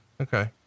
Okay